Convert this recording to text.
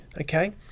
okay